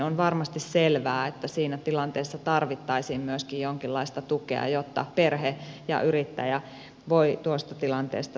on varmasti selvää että siinä tilanteessa tarvittaisiin myöskin jonkinlaista tukea jotta perhe ja yrittäjä voivat tuosta tilanteesta selvitä